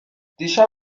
دیشب